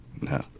No